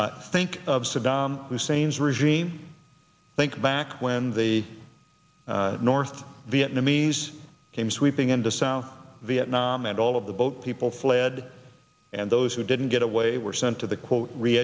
executed think of saddam hussein's regime think back when the north vietnamese came sweeping into south vietnam and all of the boat people fled and those who didn't get away were sent to the quote re